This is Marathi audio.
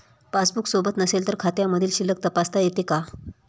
पासबूक सोबत नसेल तर खात्यामधील शिल्लक तपासता येते का?